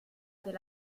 del